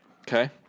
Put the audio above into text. Okay